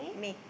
May